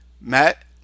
Matt